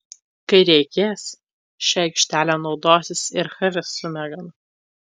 kai reikės šia aikštele naudosis ir haris su megan